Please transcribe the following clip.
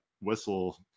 whistle